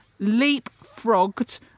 leapfrogged